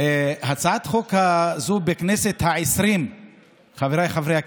חבריי חברי הכנסת,